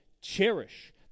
cherish